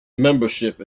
membership